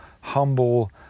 humble